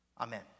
Amen